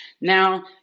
Now